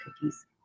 cookies